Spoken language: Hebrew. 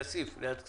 העיר כסיף ליד כסייפה.